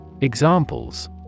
Examples